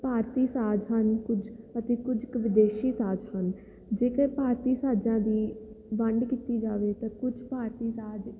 ਭਾਰਤੀ ਸਾਜ਼ ਹਨ ਕੁਝ ਅਤੇ ਕੁਝ ਕੁ ਵਿਦੇਸ਼ੀ ਸਾਜ਼ ਹਨ ਜੇਕਰ ਭਾਰਤੀ ਸਾਜ਼ਾਂ ਦੀ ਵੰਡ ਕੀਤੀ ਜਾਵੇ ਤਾਂ ਕੁਝ ਭਾਰਤੀ ਸਾਜ਼